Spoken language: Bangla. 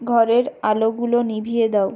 ঘরের আলোগুলো নিভিয়ে দাও